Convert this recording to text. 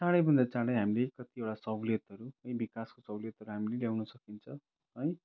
चाँडैभन्दा चाँडै हामीले कतिवटा साहुलियतहरू विकासको साहुलियतहरू हामीले ल्याउन सकिन्छ है